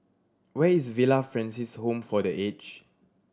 where is Villa Francis Home for The Age